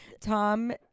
Tom